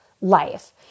life